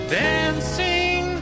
dancing